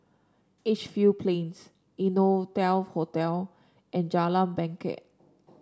Edgefield Plains Innotel Hotel and Jalan Bangket